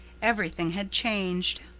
everything had changed.